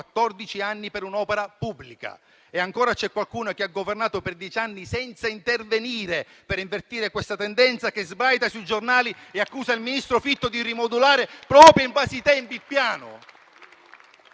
anni per un'opera pubblica, e ancora c'è qualcuno che ha governato per dieci anni senza intervenire per invertire questa tendenza che sbraita sui giornali e accusa il ministro Fitto di rimodulare il Piano proprio in base ai tempi.